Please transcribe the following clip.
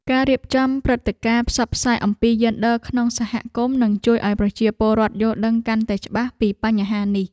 ការរៀបចំព្រឹត្តិការណ៍ផ្សព្វផ្សាយអំពីយេនឌ័រក្នុងសហគមន៍នឹងជួយឱ្យប្រជាពលរដ្ឋយល់ដឹងកាន់តែច្បាស់ពីបញ្ហានេះ។